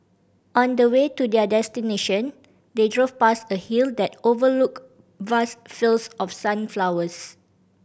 on the way to their destination they drove past a hill that overlooked vast fields of sunflowers